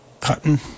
cutting